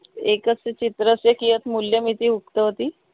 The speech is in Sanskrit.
एकस्य चित्रस्य कियत् मूल्यमिति उक्तवती